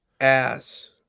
Ass